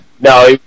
No